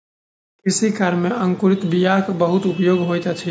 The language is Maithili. कृषि कार्य में अंकुरित बीयाक बहुत उपयोग होइत अछि